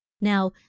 Now